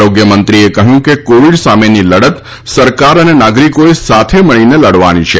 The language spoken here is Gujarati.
આરોગ્યમંત્રએ કહ્યું કે કોવીડ સામેની લડત સરકાર તથા નાગરિકોએ સાથે મળીને લડવાની છે